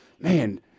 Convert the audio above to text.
man